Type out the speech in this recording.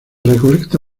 recolecta